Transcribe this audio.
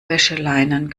wäscheleinen